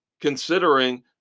considering